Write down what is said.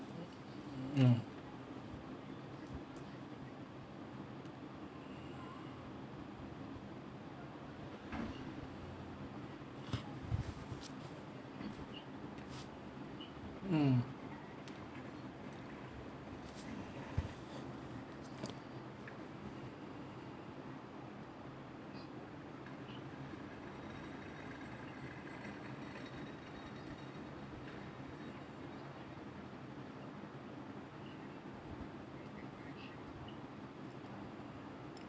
mm mm